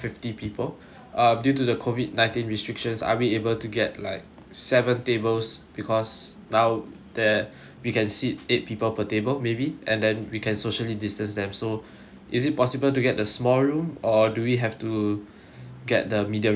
uh due to the COVID nineteen restrictions are we able to get like seven tables because now that we can sit eight people per table maybe and then we can socially distance them so is it possible to get the small room or do we have to get the medium room instead